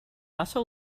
also